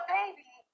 baby